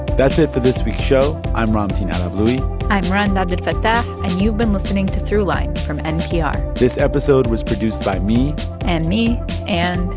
that's it for but this week's show. i'm ramtin arablouei i'm rund abdelfatah, and you've been listening to throughline from npr this episode was produced by me and me and.